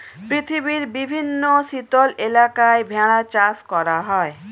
পৃথিবীর বিভিন্ন শীতল এলাকায় ভেড়া চাষ করা হয়